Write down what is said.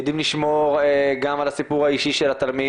יודעים לשמור גם על הסיפור האישי של התלמיד